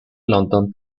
london